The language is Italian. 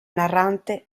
narrante